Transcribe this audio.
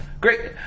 great